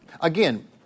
Again